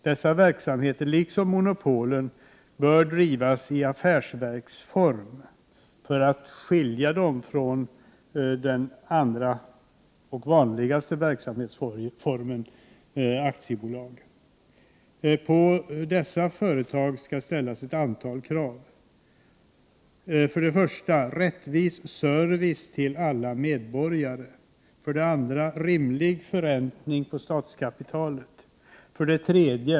Dessa verksamheter, liksom monopolen, bör drivas i affärsverksform för att de skall skiljas från den andra och vanligaste verksamhetsformen, aktiebolag. På dessa verksamheter skall ställas ett antal krav: Rimlig förräntning på statskapitalet.